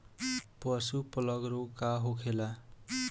पशु प्लग रोग का होखेला?